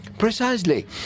Precisely